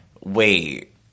wait